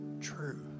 true